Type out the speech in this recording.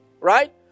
Right